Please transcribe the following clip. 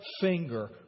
finger